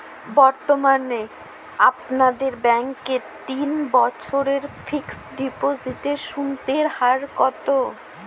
বর্তমানে আপনাদের ব্যাঙ্কে তিন বছরের ফিক্সট ডিপোজিটের সুদের হার কত?